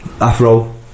afro